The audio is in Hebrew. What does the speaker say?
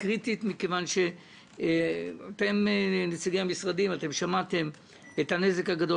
מכיוון שאתם נציגי המשרדים שמעתם את הנזק הגדול